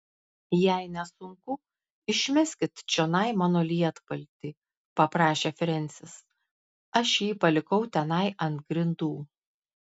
jei nesunku išmeskit čionai mano lietpaltį paprašė frensis aš jį palikau tenai ant grindų